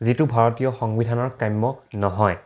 যিটো ভাৰতীয় সংবিধানৰ কাম্য নহয়